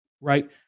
Right